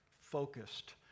focused